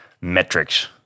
metrics